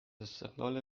استقلال